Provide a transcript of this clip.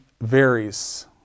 varies